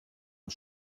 und